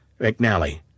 McNally